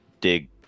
dig